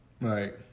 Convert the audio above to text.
Right